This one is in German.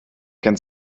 kennt